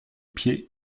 pied